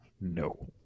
No